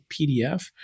PDF